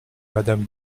madame